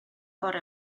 bore